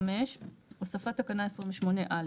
25. הוספת תקנה 28(א).